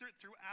throughout